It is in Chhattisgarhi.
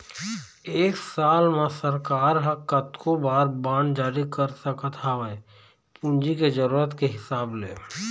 एक साल म सरकार ह कतको बार बांड जारी कर सकत हवय पूंजी के जरुरत के हिसाब ले